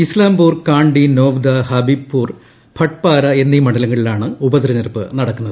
ഇംസ്ലാംപൂർ കാണ്ടി നോവ്ദ ഹാബിബ്പൂർ ഭട്ട്പാര എന്നീ മണ്ഡലങ്ങളിലാണ് ഉപതെരഞ്ഞെടുപ്പ് നടക്കുന്നത്